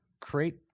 create